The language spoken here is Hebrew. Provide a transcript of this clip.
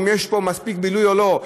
אם יש פה מספיק בילוי או לא.